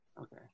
Okay